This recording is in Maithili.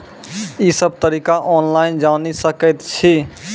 ई सब तरीका ऑनलाइन जानि सकैत छी?